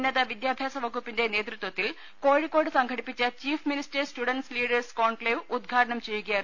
ഉന്നത വിദ്യാഭ്യാസ വകുപ്പിന്റെ നേതൃത്വത്തിൽ കോഴിക്കോട് സംഘടിപ്പിച്ച chief minister's student leaders conclave ഉദ്ഘാടനം ചെയ്യുകയായിരുന്നു